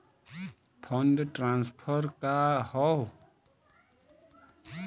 Fund transfer का हव?